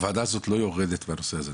הוועדה הזאת לא יורדת מהנושא הזה,